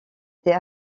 était